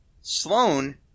Sloane